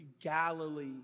Galilee